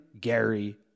Gary